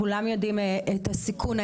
כולם יודעים את הסיכון,